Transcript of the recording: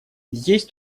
есть